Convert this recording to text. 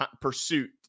pursuit